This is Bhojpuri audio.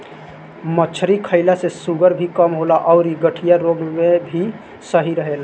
मछरी खईला से शुगर भी कम होला अउरी गठिया रोग में भी सही रहेला